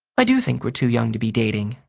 i do think we're too young to be dating.